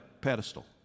pedestal